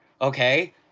okay